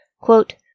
Quote